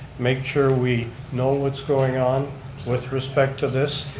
make sure we know what's going on with respect to this,